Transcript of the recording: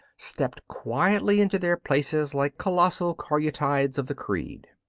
stepped quietly into their places like colossal caryatides of the creed.